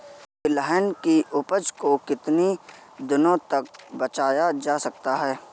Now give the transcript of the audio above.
तिलहन की उपज को कितनी दिनों तक बचाया जा सकता है?